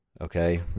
okay